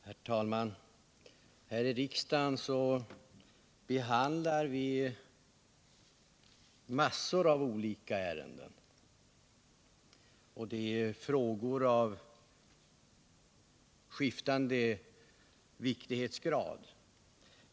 Herr talman! Här i riksdagen behandlar vi massor av olika ärenden, frågor av skiftande vikt.